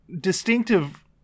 distinctive